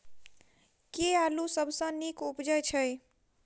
केँ आलु सबसँ नीक उबजय छै?